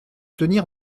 tenir